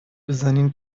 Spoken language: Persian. بزنین